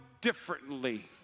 differently